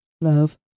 Love